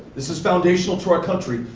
this is foundational to our country.